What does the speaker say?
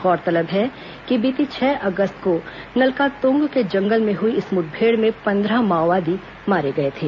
गौरतलब है कि बीती छह अगस्त को नलकातोंग के जंगल में हुई इस मुठभेड़ में पंद्रह माओवादी मारे गए थे